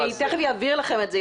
אני תיכף אעביר לכם את זה,